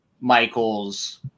Michaels